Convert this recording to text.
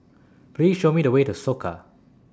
Please Show Me The Way to Soka